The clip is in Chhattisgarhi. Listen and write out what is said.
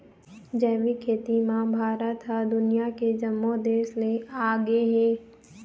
जैविक खेती म भारत ह दुनिया के जम्मो देस ले आगे हे